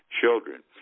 children